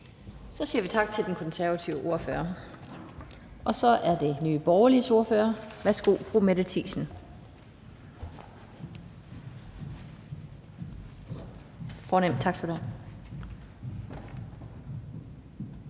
Så siger vi tak til den konservative ordfører. Så er det Nye Borgerliges ordfører. Værsgo til fru Mette Thiesen. Kl.